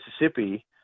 mississippi